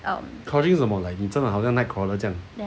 crouching 是什么 like 你真的好像在 like nightcrawler 这样